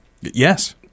Yes